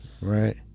Right